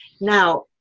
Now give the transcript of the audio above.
Now